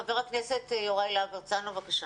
חה"כ יוראי להב-הרצנו בבקשה,